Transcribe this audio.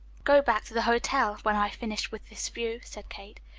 go back to the hotel, when i finish with this view, said kate.